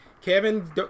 Kevin